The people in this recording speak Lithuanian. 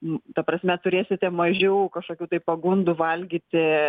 n ta prasme turėsite mažiau kažkokių tai pagundų valgyti